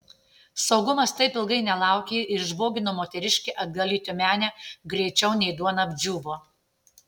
saugumas taip ilgai nelaukė ir išbogino moteriškę atgal į tiumenę greičiau nei duona apdžiūvo